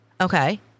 Okay